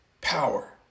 power